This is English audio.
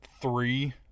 three